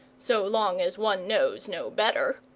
so long as one knows no better.